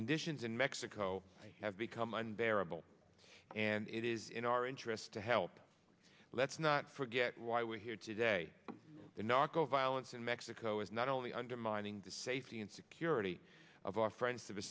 conditions in mexico have become unbearable and it is in our interest to help let's not forget why we're here today the narco violence in mexico is not only undermining the safety and security of our friends to the